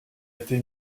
été